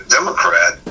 Democrat